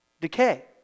Decay